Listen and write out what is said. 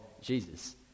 Jesus